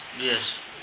Yes